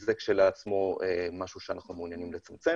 שזה כשלעצמו משהו שאנחנו מעוניינים לצמצם